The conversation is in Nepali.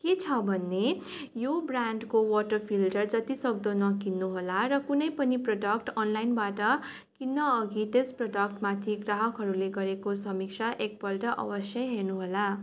के छ भन्ने यो ब्रान्डको वाटर फिल्टर जतिसक्दो नकिन्नु होला र कुनै पनि प्रडक्ट अनलाइनबाट किन्न अघि त्यस प्रडक्टमाथि ग्राहकहरूले गरेको समीक्षा एकपल्ट अवश्य हेर्नुहोला